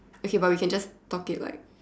okay but we can just talk it like